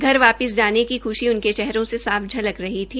घर वापिस जाने की ख्शी उनके चेहरों से साफ झलक रही थी